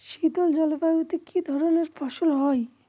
শীতল জলবায়ুতে কি ধরনের ফসল হয়?